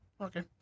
Okay